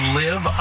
live